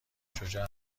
شجاع